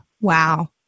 Wow